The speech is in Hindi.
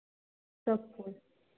सब कुछ